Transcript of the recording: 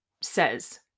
says